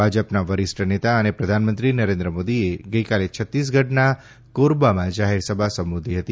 ભાજપના વરિષ્ઠ નેતા અને પ્રધાનમંત્રી નરેન્દ્ર મોદીએ ગઈકાલે છત્તીસગઢના કોરબામાં જાહેરસભા સંબોધી હતી